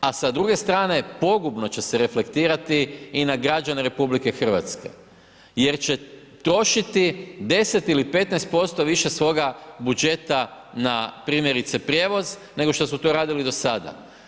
A s druge strane pogubno će se reflektirati i na građane RH, jer će trošiti 10 ili 15 posto više svoga budžeta na primjerice prijevoz nego što su to radili do sada.